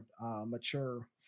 mature